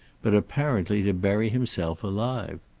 but apparently to bury himself alive.